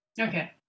Okay